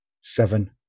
seven